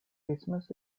dismiss